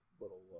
little